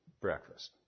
breakfast